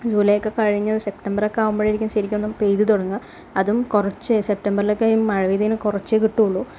July ഒക്കെ കഴിഞ്ഞ് September ഒക്കെ ആകുമ്പോഴേക്കും ശരിക്കും ഒന്ന് പെയ്തു തുടങ്ങുക അതും കുറച്ച് സെപ്റ്റംബറിലൊക്കെ ഈ മഴ പെയ്തു കഴിഞ്ഞാൽ കുറച്ചെ കിട്ടുകയുള്ളൂ